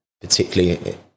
particularly